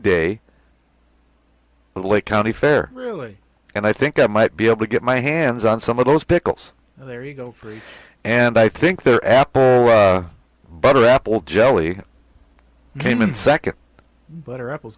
day lake county fair really and i think i might be able to get my hands on some of those pickles there you go three and i think they're apple butter apple jelly came in second butter apples